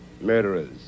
murderers